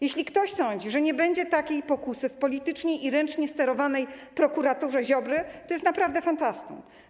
Jeśli ktoś sądzi, że nie będzie takiej pokusy w politycznie i ręcznie sterowanej prokuraturze Ziobry, to jest naprawdę fantastą.